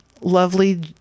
lovely